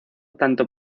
tanto